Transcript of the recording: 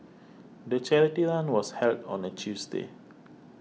the charity run was held on a Tuesday